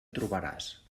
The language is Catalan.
trobaràs